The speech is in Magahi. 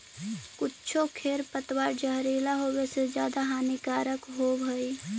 कुछो खेर पतवार जहरीला होवे से ज्यादा हानिकारक होवऽ हई